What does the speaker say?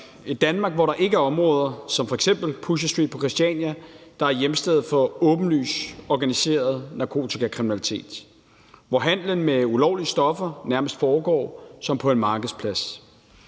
et Danmark, hvor der ikke er områder som f.eks. Pusher Street på Christiania, som er hjemsted for åbenlys organiseret narkotikakriminalitet, hvor handelen med ulovlige stoffer nærmest foregår som på en markedsplads.